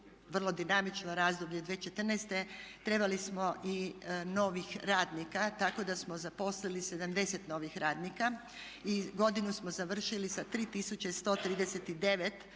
vrlo dinamično razdoblje 2014.trebali smo i novih radnika tamo da smo zaposlili 70 novih radnika i godinu smo završili sa 3139